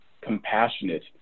compassionate